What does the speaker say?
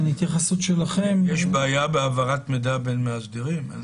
יש בעיה בהעברת מידע בין מאסדרים?